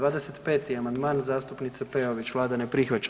25. amandman, zastupnice Peović Vlada ne prihvaća.